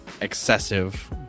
excessive